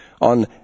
on